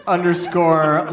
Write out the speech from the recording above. Underscore